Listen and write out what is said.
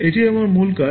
এটি আমার মূল কাজ